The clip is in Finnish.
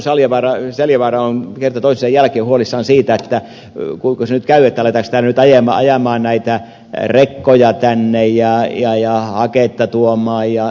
asko seljavaara on kerta toisensa jälkeen huolissaan siitä kuinkas nyt käy aletaanko nyt ajaa näitä rekkoja tänne ja haketta tuoda jnp